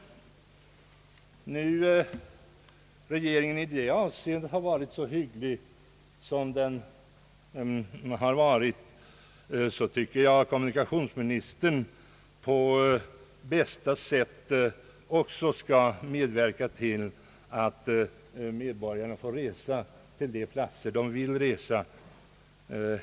När nu regeringen i detta avseende har varit så hygglig så tycker jag att kommunikationsministern på bästa sätt också skall medverka till att medborgarna får besöka de platser de vill resa till.